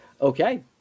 Okay